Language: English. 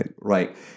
right